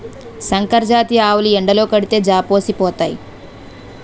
సంకరజాతి ఆవులు ఎండలో కడితే జాపోసిపోతాయి